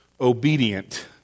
obedient